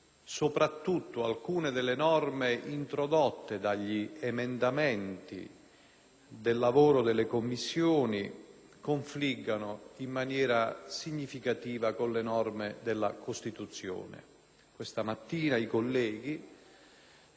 del lavoro delle Commissioni confliggano in maniera significativa con le disposizioni della Costituzione. Questa mattina i colleghi, nelle eccezioni di costituzionalità, hanno avuto modo di dimostrare che,